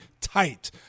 tight